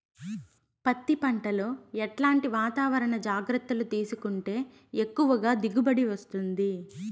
పత్తి పంట లో ఎట్లాంటి వాతావరణ జాగ్రత్తలు తీసుకుంటే ఎక్కువగా దిగుబడి వస్తుంది?